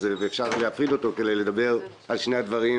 ואפשר להפריד אותו כדי לדבר על שני הדברים,